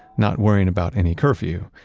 not worrying about any curfew,